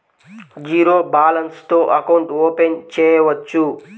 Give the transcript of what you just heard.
Zero balance తో account open చేయవచ్చు?